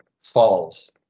falls